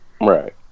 right